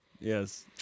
Yes